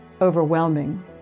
overwhelming